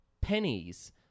pennies